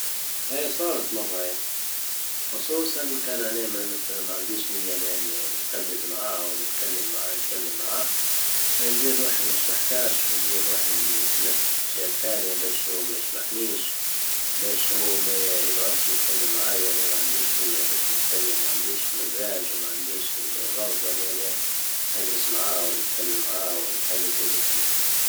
اه صارت مرة اياه خصوصا كان علينا مثلا ما عنديش نية نهدز معاه ولا نتكلم معاه- نتكلم معاه ندير روحي مش محتاش وندير روحي نتلفت للجهة الثانية باش هو ما يشبحنيش باش هو ما يجعدش يتكلم معايا وانا ما عنديش نية باش ما عنديش مزاج وما عنديش الرغبة اني انا ندرس معاها ونتكلم معاها ولا حاجة زي هيك